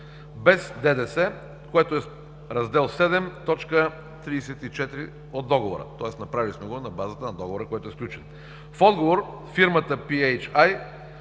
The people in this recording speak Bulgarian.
без ДДС, което е Раздел VІІ, т. 34 от Договора, тоест направили сме го на базата на Договора, който е сключен. В отговор фирмата „Пи